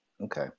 Okay